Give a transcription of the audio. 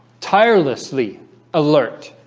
tirelessly alert